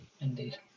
Indeed